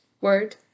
word